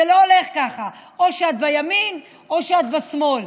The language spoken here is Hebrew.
זה לא הולך ככה או שאת בימין או שאת בשמאל.